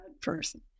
person